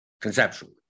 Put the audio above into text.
conceptually